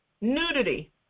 Nudity